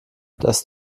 das